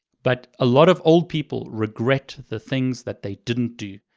but a lot of old people regret the things that they didn't do.